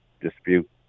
dispute